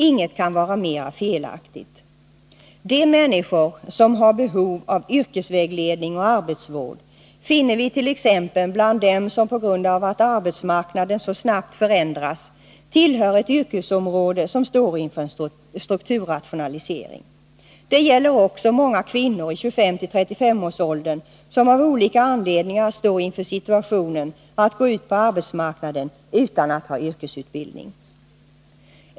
Inget kan vara mera felaktigt. De människor som har behov av yrkesvägledning och arbetsvård finner vi t.ex. bland dem som på grund av att arbetsmarknaden så snabbt förändras tillhör ett yrkesområde som står inför en strukturrationalisering. Det gäller också kvinnor i 25-35-årsåldern, som av olika anledningar står inför situationen att gå ut på arbetsmarknaden utan att ha en yrkesutbildning.